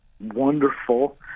wonderful